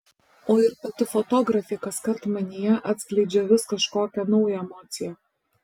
o ir pati fotografė kaskart manyje atskleidžia vis kažkokią naują emociją